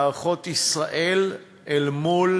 מערכות ישראל אל מול